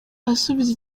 asubiza